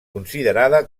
considerada